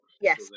Yes